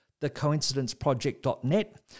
thecoincidenceproject.net